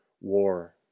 war